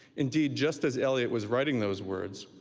indeed, just as eliot was writing those words,